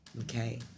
Okay